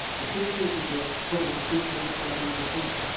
the six years of growth totals ten point seven percent.